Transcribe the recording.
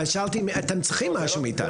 שאלתי אם אתם צריכים משהו מאיתנו.